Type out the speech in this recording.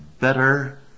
better